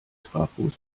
trafos